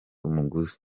umuguzi